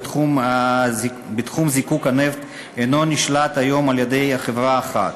תחום זיקוק הנפט אינו נשלט היום על-ידי חברה אחת.